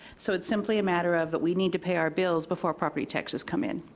so it's simply a matter of that we need to pay our bills before property taxes come in.